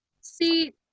See